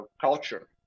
culture